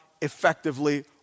effectively